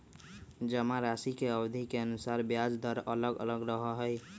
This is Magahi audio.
जमाराशि के अवधि के अनुसार ब्याज दर अलग अलग रहा हई